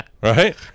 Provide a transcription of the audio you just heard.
Right